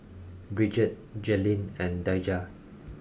Bridgette Jaylynn and Daija